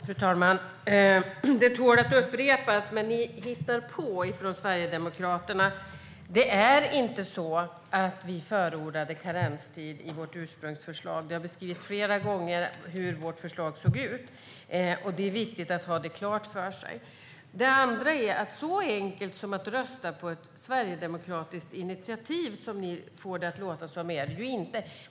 Fru talman! Det tål att upprepas: Ni hittar på från Sverigedemokraternas sida. Det var inte så att vi förordade karenstid i vårt ursprungsförslag. Det har beskrivits flera gånger hur vårt förslag såg ut, och det är viktigt att ha det klart för sig. Så enkelt som att rösta på ett sverigedemokratiskt initiativ, vilket ni får det att låta som, är det ju inte.